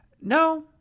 no